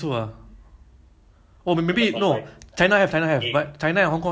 like the apply loan all this ah this basic functions ah kan